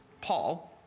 Paul